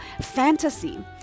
fantasy